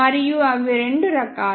మరియు అవి రెండు రకాలు